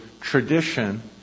tradition